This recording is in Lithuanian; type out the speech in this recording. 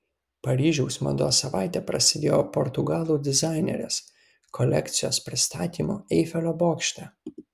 paryžiaus mados savaitė prasidėjo portugalų dizainerės kolekcijos pristatymu eifelio bokšte